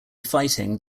fighting